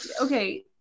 okay